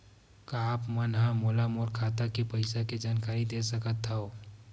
का आप मन ह मोला मोर खाता के पईसा के जानकारी दे सकथव?